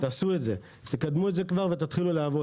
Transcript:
תעשו את זה, תקדמו את זה ותתחילו לעבוד.